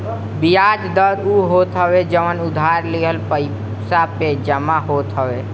बियाज दर उ होत हवे जवन उधार लिहल पईसा पे जमा होत हवे